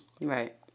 Right